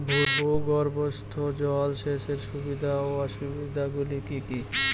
ভূগর্ভস্থ জল সেচের সুবিধা ও অসুবিধা গুলি কি কি?